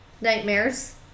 nightmares